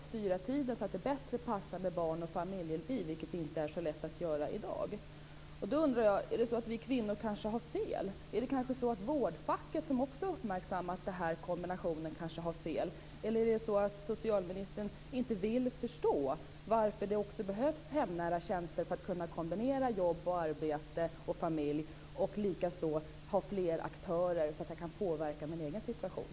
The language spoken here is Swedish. Man styr tiden, så att det bättre passar med barn och familjeliv, vilket inte är så lätt att göra i dag. Då undrar jag: Har vi kvinnor kanske fel? Har vårdfacket, som också har uppmärksammat den här kombinationen, fel? Eller vill socialministern inte förstå varför det behövs hemnära tjänster för att man ska kunna kombinera arbete och familj? Likaså handlar det om att ha fler aktörer så att man kan påverka sin egen situation.